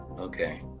Okay